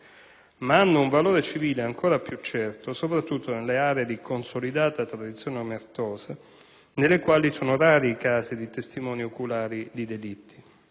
ma hanno un valore civile ancora più certo, soprattutto nelle aree di consolidata tradizione omertosa, nelle quali sono rari i casi di testimoni oculari di delitti.